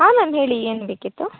ಹಾಂ ಮ್ಯಾಮ್ ಹೇಳಿ ಏನು ಬೇಕಿತ್ತು